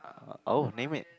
oh name it